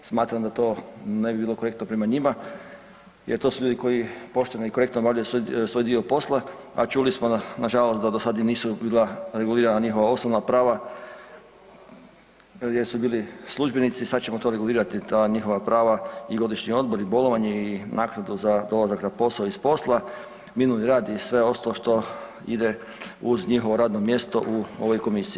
Smatram da to ne bi bilo korektno prema njima jer to su ljudi koji pošteno i korektno obavljaju svoj dio posla, a čuli smo nažalost da do sada i nisu bila regulirana njihova osnovna prava jer su bili službenici, sada ćemo regulirati ta njihova prava i godišnji odmor i bolovanje i naknadu za dolazak na posao i s posla, minuli rad i sve ostalo što ide uz njihovo radno mjesto u ovoj komisiji.